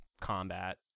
combat